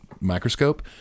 microscope